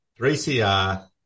3CR